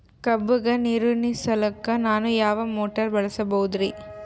ಕಬ್ಬುಗ ನೀರುಣಿಸಲಕ ನಾನು ಯಾವ ಮೋಟಾರ್ ಬಳಸಬಹುದರಿ?